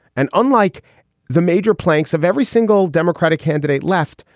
and unlike the major planks of every single democratic candidate left,